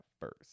first